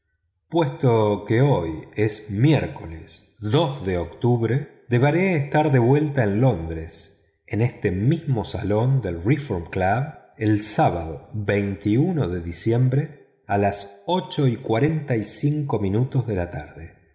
puesto que hoy es miércoles de octubre deberé estar de vuelta en londres en este mismo salón del reform club el sábado de diciembre a las ocho y cuarenta y cinco minutos de la tarde